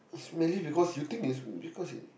is mainly because you think is because he